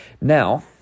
Now